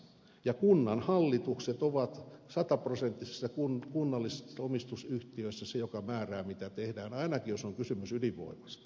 ja kunnanhallitukset ovat sataprosenttisessa kunnallisomistusyhtiöissä se joka määrä mitä tehdään ainakin jos on kysymys ydinvoimasta